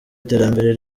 iterambere